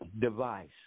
device